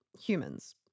humans